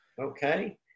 okay